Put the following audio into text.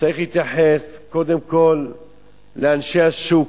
צריך להתייחס קודם כול לאנשי השוק,